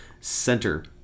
center